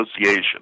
Association